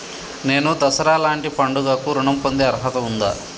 నేను దసరా లాంటి పండుగ కు ఋణం పొందే అర్హత ఉందా?